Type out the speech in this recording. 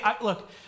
look